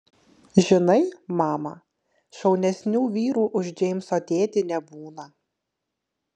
žinai mama šaunesnių vyrų už džeimso tėtį nebūna